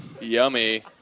Yummy